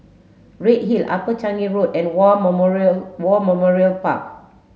Redhill Upper Changi Road and War Memorial War Memorial Park